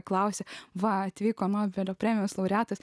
klausia va atvykome vėliau premijos laureatas